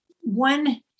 One